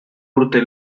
urte